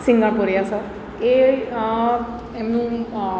Singapuria sir એ એમનું